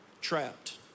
trapped